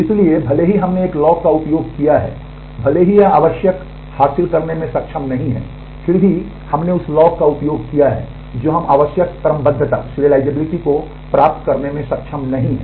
इसलिए भले ही हमने एक लॉक का उपयोग किया है भले ही यह आवश्यक हासिल करने में सक्षम नहीं है फिर भी हमने उस लॉक का उपयोग किया है जो हम आवश्यक क्रमबद्धता को प्राप्त करने में सक्षम नहीं हैं